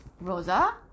Rosa